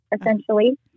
essentially